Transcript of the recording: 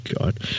God